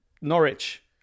Norwich